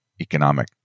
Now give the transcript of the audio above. economic